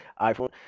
iPhone